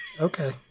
Okay